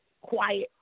quiet